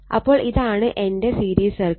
അപ്പോൾ ഇതാണ് എന്റെ സീരീസ് സര്ക്യൂട്ട്